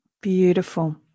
Beautiful